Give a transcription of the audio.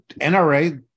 NRA